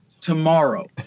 tomorrow